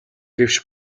гэвч